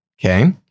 Okay